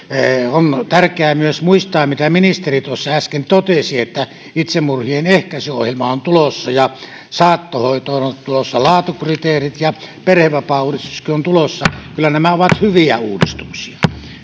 on tärkeää myös muistaa mitä ministeri tuossa äsken totesi että itsemurhien ehkäisyohjelma on tulossa ja saattohoitoon on tulossa laatukriteerit ja perhevapaauudistuskin on tulossa kyllä nämä ovat hyviä uudistuksia